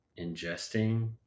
ingesting